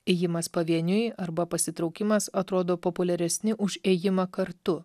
ėjimas pavieniui arba pasitraukimas atrodo populiaresni už ėjimą kartu